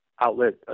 outlet